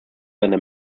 seiner